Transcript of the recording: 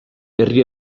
herri